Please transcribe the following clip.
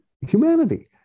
humanity